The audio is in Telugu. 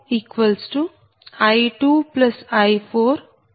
2 j0